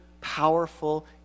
powerful